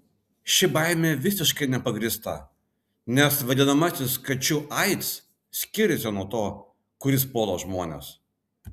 ši baimė visiškai nepagrįsta nes vadinamasis kačių aids skiriasi nuo to kuris puola žmones